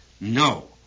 No